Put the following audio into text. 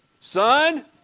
Son